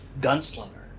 gunslinger